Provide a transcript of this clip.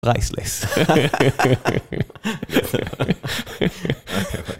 פרייסלס